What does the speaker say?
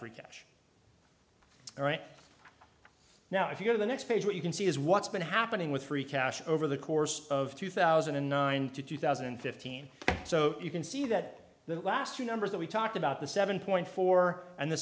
free cash right now if you go to the next page what you can see is what's been happening with free cash over the course of two thousand and nine to two thousand and fifteen so you can see that the last two numbers that we talked about the seven point four and the